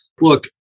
Look